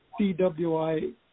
CWI